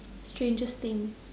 strangest thing